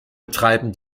betreiben